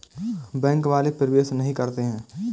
Bank वाले प्रवेश नहीं करते हैं?